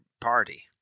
party